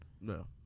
No